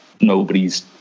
nobody's